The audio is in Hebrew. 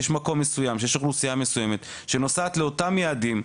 יש מקום מסוים שיש אוכלוסייה מסוימת שנוסעת לאותם יעדים,